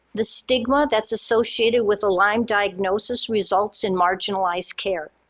the stigma that's associated with a lyme diagnosis results in marginalized care,